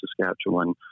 Saskatchewan